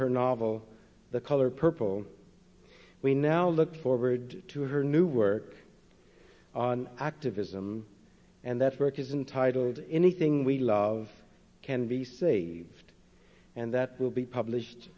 her novel the color purple we now look forward to her new work on activism and that's where it isn't titled anything we love can be c and that will be published